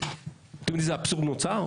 אתם יודעים איזה אבסורד נוצר?